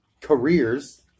careers